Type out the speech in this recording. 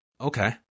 Okay